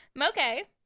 okay